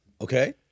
Okay